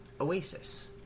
oasis